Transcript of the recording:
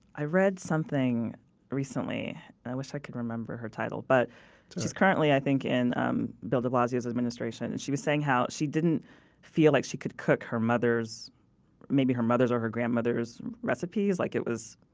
read something recently, and i wish i could remember her title. but she's currently, i think, in um bill de blasio's administration, and she was saying how she didn't feel like she could cook her mother's maybe her mother's or her grandmother's recipes. like it was